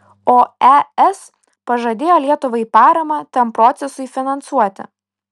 o es pažadėjo lietuvai paramą tam procesui finansuoti